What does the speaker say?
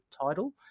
title